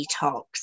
detox